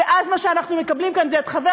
ואז מה שאנחנו מקבלים כאן זה את חבר